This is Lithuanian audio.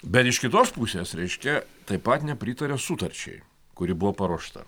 bet iš kitos pusės reiškia taip pat nepritaria sutarčiai kuri buvo paruošta